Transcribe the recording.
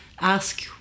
ask